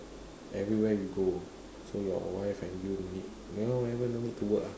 everywhere you go so your wife and you no need ya forever no need to work ah